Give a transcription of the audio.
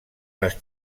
les